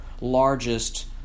largest